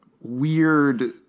weird